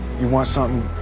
you want some,